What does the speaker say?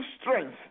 strength